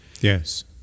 Yes